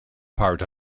part